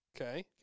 okay